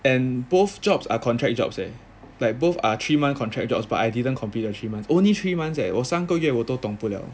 and both jobs are contract jobs leh like both are three month contract jobs but I didn't compete the three months only three months eh 我三个月我都 dong 不 liao